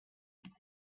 avant